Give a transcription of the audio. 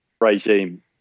regime